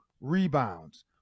rebounds